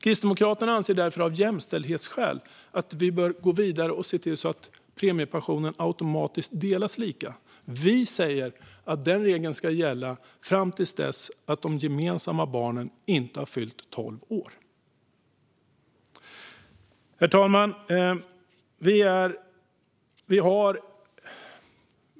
Kristdemokraterna anser därför att vi av jämställdhetsskäl bör gå vidare och se till så att premiepensionen automatiskt delas lika. Vi säger att den regeln ska gälla så länge de gemensamma barnen inte har fyllt tolv år. Herr ålderspresident!